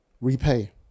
repay